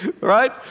Right